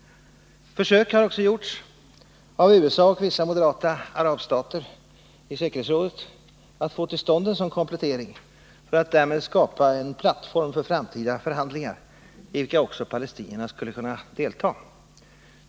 Försök har också gjorts av USA och vissa moderata arabstater i säkerhetsrådet att få till stånd en sådan komplettering för att därmed skapa en plattform för framtida förhandlingar, i vilka också palestinierna skulle kunna delta.